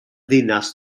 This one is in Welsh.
ddinas